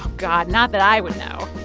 god, not that i would know